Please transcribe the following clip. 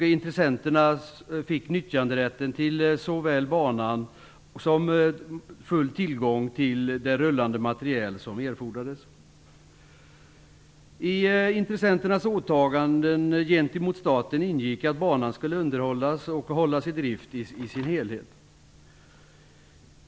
Intressenterna fick nyttjanderätt till banan samt full tillgång till det rullande materiel som erfordrades. I intressenternas åtaganden gentemot staten ingick att banan skulle underhållas och hållas i drift i sin helhet.